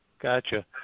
Gotcha